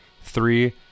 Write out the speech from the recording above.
Three